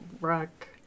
Rock